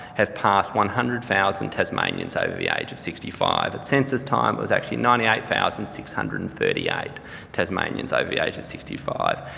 have passed one hundred thousand tasmanians over the age of sixty five. at census-time it was actually ninety eight thousand six hundred and thirty eight tasmanians over the age of sixty five.